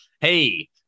Hey